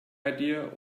idea